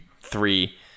three